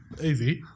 Easy